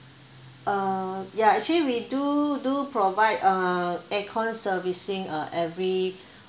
uh ya actually we do do provide uh aircon servicing uh every